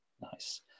Nice